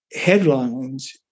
headlines